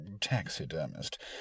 taxidermist